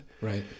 Right